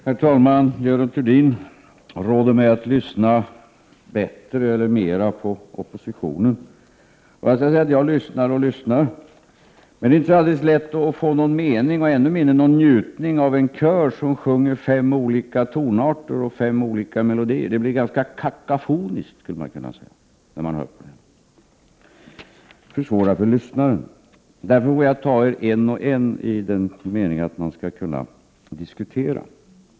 Herr talman! Görel Thurdin råder mig att lyssna mera på oppositionen. Jag lyssnar och lyssnar, men det är inte alldeles lätt att få ut någon mening och ännu mindre någon njutning av en kör som sjunger i fem olika tonarter och på fem olika melodier; det blir ganska kakofoniskt, skulle man kunna säga, när man hör på sådant. Det försvårar för lyssnaren. Därför får jag ta er en och en i akt och mening att kunna diskutera.